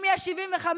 אם יש 75%,